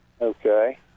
Okay